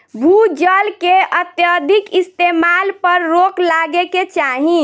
भू जल के अत्यधिक इस्तेमाल पर रोक लागे के चाही